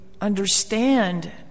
understand